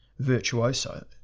virtuoso